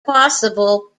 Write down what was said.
possible